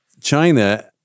China